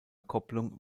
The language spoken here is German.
kopplung